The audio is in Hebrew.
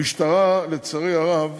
המשטרה, לצערי הרב,